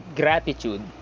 gratitude